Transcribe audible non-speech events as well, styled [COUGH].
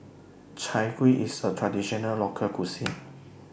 Chai Kueh IS A Traditional Local Cuisine [NOISE]